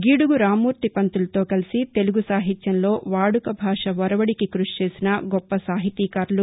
గిడుగు రామ్మూర్తితో కలసి తెలుగు సాహిత్యంలో వాడుక భాష ఒరవదికి కృషి చేసిన గొప్పసాహితీకారులు